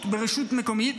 ברשות מקומית